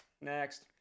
next